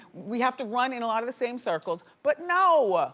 we have to run in a lot of the same circles, but no!